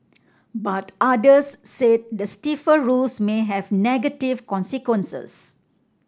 but others said the stiffer rules may have negative consequences